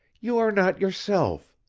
you are not yourself.